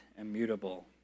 immutable